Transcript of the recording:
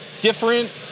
different